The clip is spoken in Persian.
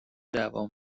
دعوام